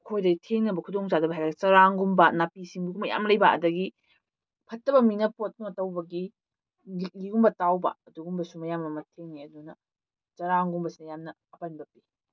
ꯑꯩꯈꯣꯏꯗ ꯊꯦꯡꯅꯕ ꯈꯨꯗꯣꯡꯆꯥꯗꯕ ꯍꯥꯏꯔꯗꯤ ꯆꯔꯥꯡꯒꯨꯝꯕ ꯅꯥꯄꯤ ꯁꯤꯡꯕꯤꯒꯨꯝꯕ ꯌꯥꯝ ꯂꯩꯕ ꯑꯗꯒꯤ ꯐꯠꯇꯕ ꯃꯤꯅ ꯄꯣꯠ ꯀꯩꯅꯣ ꯇꯧꯕꯒꯤ ꯂꯤꯛꯂꯤꯒꯨꯝꯕ ꯇꯥꯎꯕ ꯑꯗꯨꯒꯨꯝꯕꯁꯨ ꯃꯌꯥꯝ ꯑꯃ ꯊꯦꯡꯅꯩ ꯑꯗꯨꯅ ꯆꯔꯥꯡꯒꯨꯝꯕꯁꯤꯅ ꯌꯥꯝꯅ ꯑꯄꯟꯕ ꯄꯤ